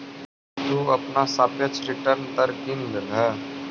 तु अपना सापेक्ष रिटर्न दर गिन लेलह